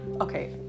okay